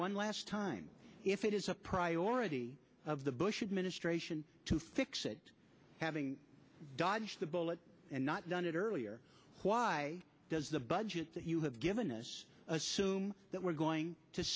one last time if it is a priority of the bush administration to fix it having dodged the bullet and not done it earlier why does the budget that you have given us assume that we're going to